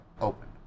open